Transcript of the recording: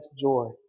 joy